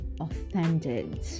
offended